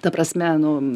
ta prasme nu